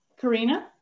karina